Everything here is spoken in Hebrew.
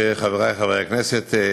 חברי חברי הכנסת,